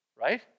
Right